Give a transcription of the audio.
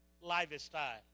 lifestyle